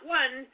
one